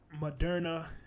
Moderna